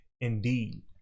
Indeed